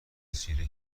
رسیده